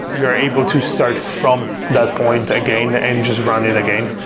you are able to start from that point again and just run it again.